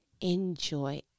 Enjoy